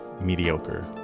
mediocre